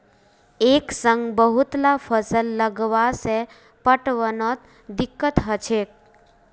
एक संग बहुतला फसल लगावा से पटवनोत दिक्कत ह छेक